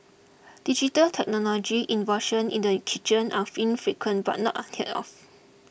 digital technology innovation in the kitchen are infrequent but not unheard of